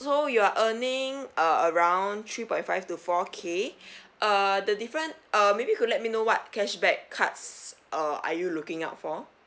so you are earning uh around three point five to four K uh the different uh maybe you could let me know what cashback cards uh are you looking out for